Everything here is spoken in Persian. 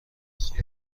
خوب